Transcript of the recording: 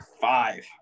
five